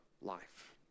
life